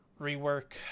rework